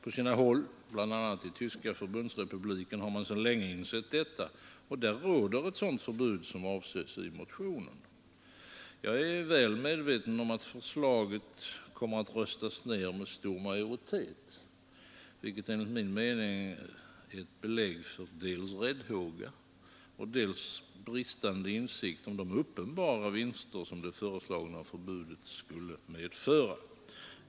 På sina håll, bl.a. i Tyska förbundsrepubliken, har man sedan länge insett detta och där råder ett sådant förbud som avses i motionen. Jag är väl medveten om att förslaget kommer att röstas ner med stor majoritet, vilket enligt min mening är ett belägg för dels räddhåga, dels bristande insikt om de uppenbara vinster som det föreslagna förbudet skulle medföra.